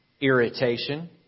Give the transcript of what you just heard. Irritation